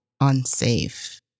unsafe